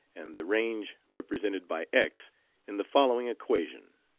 and the range represented by x in the following equation